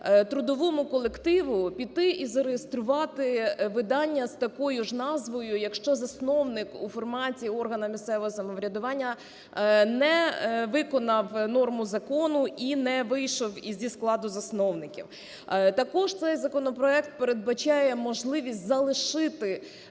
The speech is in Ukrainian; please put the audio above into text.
трудовому колективу піти і зареєструвати видання з такою ж назвою, якщо засновник у форматі органу місцевого самоврядування не виконав норму закону і не вийшов зі складу засновників. Також цей законопроект передбачає можливість залишити